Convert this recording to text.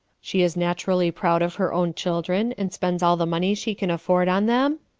she is naturally proud of her own children, and spends all the money she can afford on them?